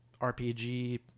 rpg